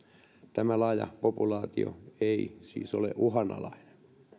tämä laaja populaatio ei siis ole uhanalainen